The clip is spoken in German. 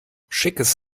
schickes